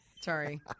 Sorry